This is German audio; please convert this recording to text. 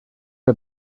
mir